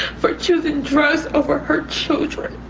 for choosing drugs over her children.